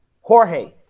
Jorge